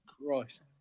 Christ